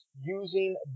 using